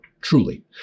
truly